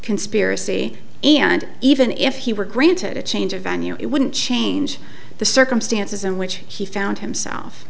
conspiracy and even if he were granted a change of venue it wouldn't change the circumstances in which he found hi